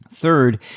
Third